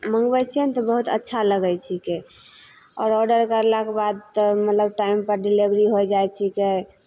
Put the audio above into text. मँगबय छियै ने तऽ बहुत अच्छा लगय छिकै आओर आर्डर करलाके बाद तऽ मतलब टाइमपर डिलेवरी होइ जाइ छिकै